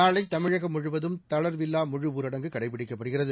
நாளை தமிழகம் முழுவதும் தளர்வில்லா முழுஊரடங்கு கடைபிடிக்கப்படுகிறது